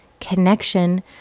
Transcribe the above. connection